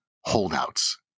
holdouts